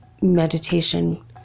meditation